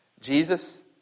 Jesus